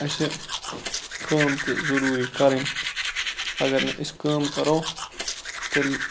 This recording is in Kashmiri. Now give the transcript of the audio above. اَسہِ کٲم تہِ ضوٚروٗری کَرٕنۍ اَگر نہٕ أسۍ کٲم کَرَو تیٚلہِ